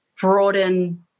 broaden